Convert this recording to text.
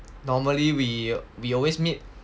normally we we always meet